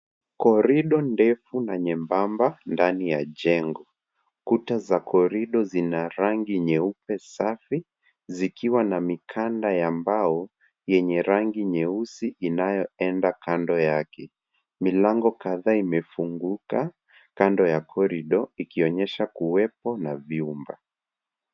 Korido ndefu na nyembamba ndani ya jengo. Kuta za korido zina rangi nyeupe safi zikiwa na mikanda ya mbao yenye rangi nyeusi inayoenda yake. Milango kadhaa imefunguka kando ya korido ikionyesha kuwepo na vyumba.